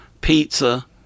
pizza